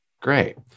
Great